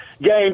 game